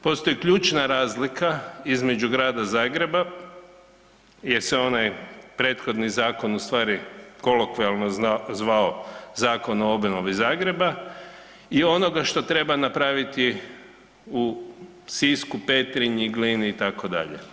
Postoji ključna razlika između Grada Zagreba jer se onaj prethodni zakon ustvari kolokvijalno zvao Zakon o obnovi Zagreba i onoga što treba napraviti u Sisku, Petrinji, Glini itd.